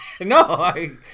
No